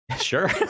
Sure